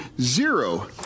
zero